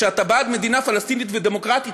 שאתה בעד מדינה פלסטינית ודמוקרטית,